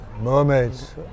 Mermaids